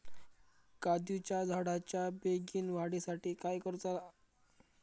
काजीच्या झाडाच्या बेगीन वाढी साठी काय करूचा?